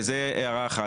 זה הערה אחת.